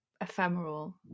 ephemeral